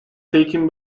taken